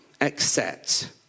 accept